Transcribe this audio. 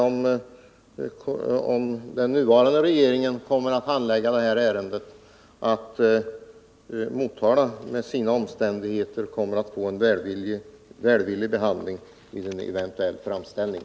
Om den nuvarande regeringen kommer att handlägga ärendet kan man väl förvänta sig att Motala med hänsyn till omständigheterna där kommer att få en välvillig behandling efter en eventuell framställning.